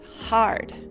hard